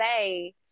say